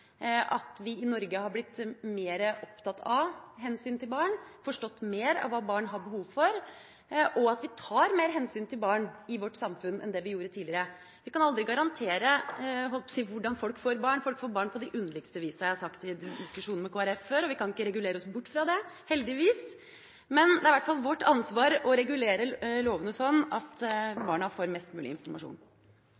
at vi i Norge har blitt mer opptatt av hensyn til barn og forstått mer av hva barn har behov for, og at vi tar mer hensyn til barn i vårt samfunn enn det vi gjorde tidligere. Vi kan aldri regulere hvordan folk får barn. Folk får barn på de underligste vis. Det har jeg sagt i diskusjoner med Kristelig Folkeparti før, og vi kan ikke regulere oss bort fra det, heldigvis. Men det er i hvert fall vårt ansvar å regulere lovene sånn at